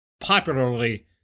popularly